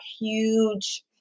huge